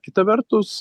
kita vertus